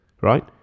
right